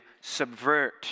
subvert